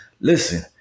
listen